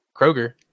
Kroger